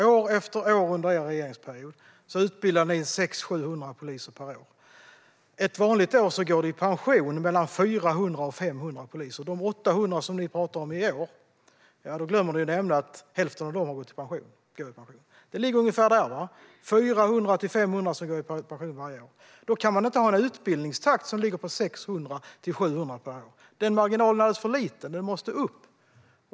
År efter år under er regeringsperiod utbildade ni 600-700 poliser per år. Ett vanligt år går mellan 400 och 500 poliser i pension. Ni talar om att 800 har slutat i år. Då glömmer ni att nämna att hälften av dem har gått i pension. Det ligger ungefär där. Det är 400-500 som går i pension varje år. Då kan man inte ha en utbildningstakt som ligger på 600-700 per år. Den marginalen är alldeles för liten. Den måste upp.